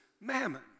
mammon